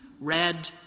red